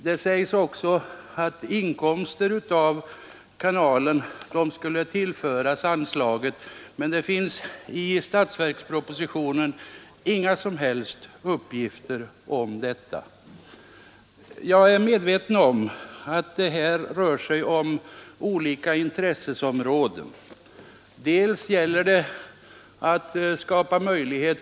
Det sägs också att inkomster av kanalen skulle tillföras anslaget, men det finns i statsverkspropositionen inga som helst uppgifter om till vilka belopp dessa beräknas uppgå. Jag är medveten om att det på detta område finns olika intressen.